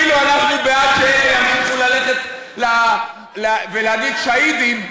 כאילו אנחנו בעד שאלה ימשיכו ללכת ולהגיד "שהידים"